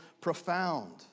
profound